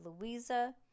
Louisa